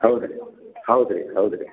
ಹೌದು ರೀ ಹೌದು ರೀ ಹೌದು ರೀ